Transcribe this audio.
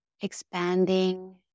expanding